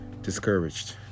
Discouraged